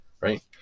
right